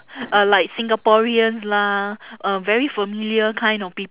uh like singaporeans lah um very familiar kind of peo~